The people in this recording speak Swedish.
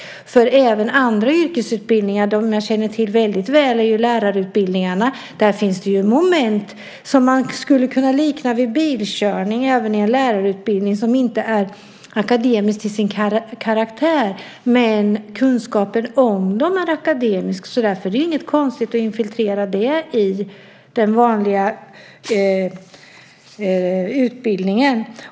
Även i andra yrkesutbildningar - de jag känner till väldigt väl är lärarutbildningarna - finns det moment som man skulle kunna likna vid bilkörning och som inte är akademiska till sin karaktär. Men kunskapen om dem är akademisk, så därför är det inget konstigt att integrera dem i den vanliga utbildningen.